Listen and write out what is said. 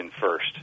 first